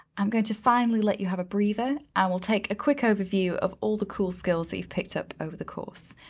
i'm going to finally let you have a breather. i will take a quick overview of all the cool skills that you've picked up over the course.